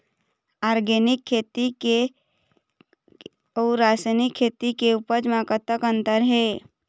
Organic खेती के अउ रासायनिक खेती के उपज म कतक अंतर हे?